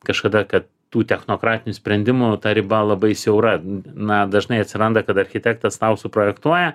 kažkada kad tų technokratinių sprendimų ta riba labai siaura na dažnai atsiranda kad architektas tau suprojektuoja